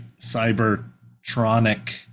Cybertronic